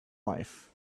life